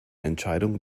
entscheidung